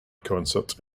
concert